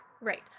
Right